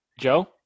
Joe